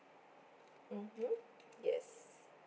mmhmm yes